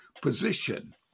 position